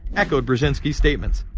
echoed brzezinski's statements.